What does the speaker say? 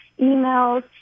emails